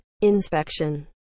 inspection